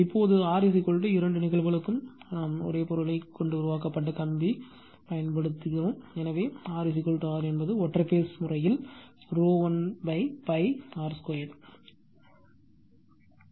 இப்போது R இரண்டு நிகழ்வுகளுக்கும் ஒரே பொருளைக் கொண்டு உருவாக்கப்பட்ட அதே கம்பி பயன்படுத்துங்கள் எனவே R R என்பது ஒற்றை பேஸ் முறையில் rho l pi r 2